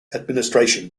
administration